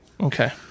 Okay